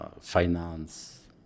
finance